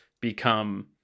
become